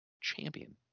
Champion